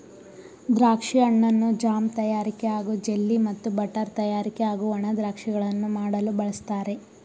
ದ್ರಾಕ್ಷಿ ಹಣ್ಣನ್ನು ಜಾಮ್ ತಯಾರಿಕೆ ಹಾಗೂ ಜೆಲ್ಲಿ ಮತ್ತು ಬಟರ್ ತಯಾರಿಕೆ ಹಾಗೂ ಒಣ ದ್ರಾಕ್ಷಿಗಳನ್ನು ಮಾಡಲು ಬಳಸ್ತಾರೆ